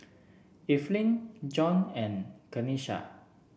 Evelyn John and Kenisha